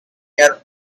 near